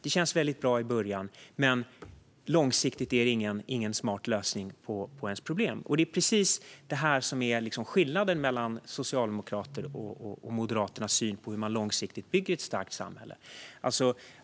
Det känns bra i början, men långsiktigt är det ingen smart lösning på problemen. Det är skillnaden mellan Socialdemokraternas och Moderaternas syn på hur man långsiktigt bygger ett starkt samhälle.